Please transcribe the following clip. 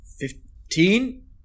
Fifteen